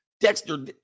dexter